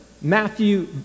Matthew